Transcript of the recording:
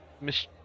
miss